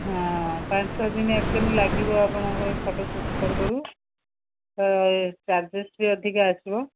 ହଁ ପାଞ୍ଚ ଛଅ ଦିନ ଆକ୍ଚୁୟାଲି ଲାଗିବ ଆପଣଙ୍କର ଫଟୋସୁଟ୍ କରୁକରୁ ଚାର୍ଜେସ୍ ବି ଅଧିକା ଆସିବ